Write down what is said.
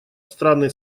страны